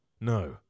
No